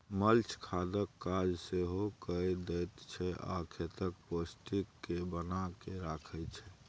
mulch खादक काज सेहो कए दैत छै आ खेतक पौष्टिक केँ बना कय राखय छै